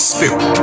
Spirit